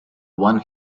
one